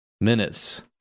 minutes